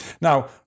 Now